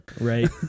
Right